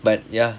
but ya